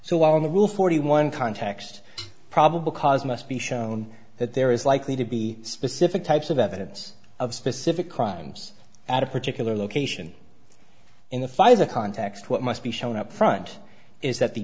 so on the rule forty one context probable cause must be shown that there is likely to be specific types of evidence of specific crimes at a particular location in the pfizer context what must be shown up front is that the